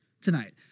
tonight